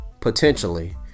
potentially